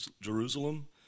Jerusalem